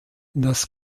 das